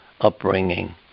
upbringing